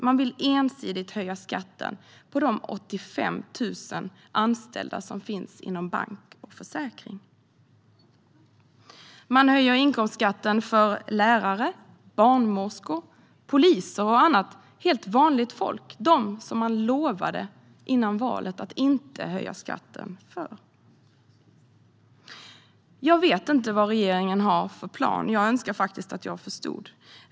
Man vill ensidigt höja skatten på de 85 000 anställda som finns inom bank och försäkring. Man höjer inkomstskatten för lärare, barnmorskor, poliser och annat helt vanligt folk - de människor man före valet lovade att inte höja skatten för. Jag vet inte vad regeringen har för plan, men jag önskar att jag förstod.